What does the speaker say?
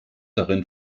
darin